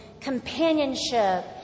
companionship